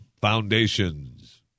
foundations